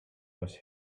was